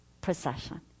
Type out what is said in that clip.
procession